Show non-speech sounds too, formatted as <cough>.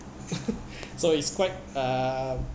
<laughs> so it's quite um